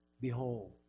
Behold